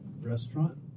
restaurant